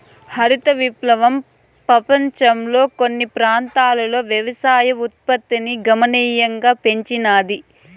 హరిత విప్లవం పపంచంలోని కొన్ని ప్రాంతాలలో వ్యవసాయ ఉత్పత్తిని గణనీయంగా పెంచినాది